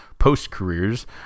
post-careers